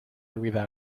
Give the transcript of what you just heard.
olvida